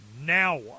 Now